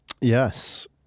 Yes